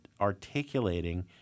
articulating